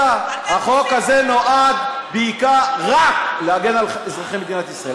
החוק הזה נועד רק להגן על אזרחי מדינת ישראל.